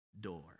door